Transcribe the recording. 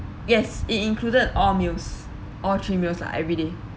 yes it included all meals all three meals lah everyday